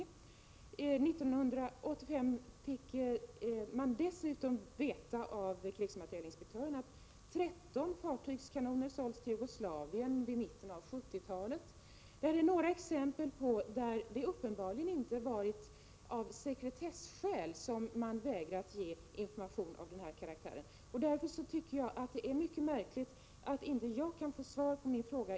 Vi fick dessutom 1985 veta av krigsmaterielinspektören att 13 fartygskanoner sålts till Jugoslavien vid mitten av 1970-talet. Det är några exempel där man uppenbarligen inte av sekretesskäl vägrat ge information av denna karaktär. Därför tycker jag att det är märkligt att jag inte kan få svar på min fråga.